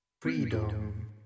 Freedom